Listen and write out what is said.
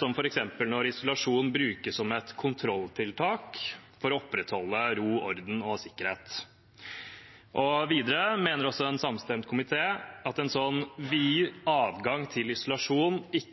som f.eks. når isolasjon brukes som et kontrolltiltak for å opprettholde ro og orden og sikkerhet. Videre mener en samstemt komité også at en vid adgang til isolasjon ikke